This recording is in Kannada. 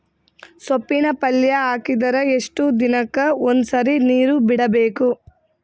ಸೊಪ್ಪಿನ ಪಲ್ಯ ಹಾಕಿದರ ಎಷ್ಟು ದಿನಕ್ಕ ಒಂದ್ಸರಿ ನೀರು ಬಿಡಬೇಕು?